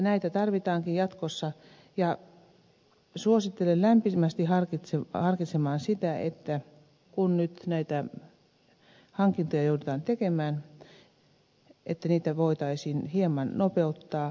näitä tarvitaankin jatkossa ja suosittelen lämpimästi harkitsemaan sitä kun nyt näitä hankintoja joudutaan tekemään että niitä voitaisiin hieman nopeuttaa